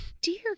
Dear